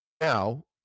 now